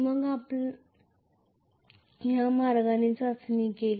मग आपण त्या मार्गाने चाचणी केली